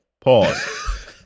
pause